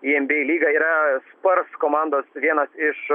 į enbyei lygą yra spurs komandos vienas iš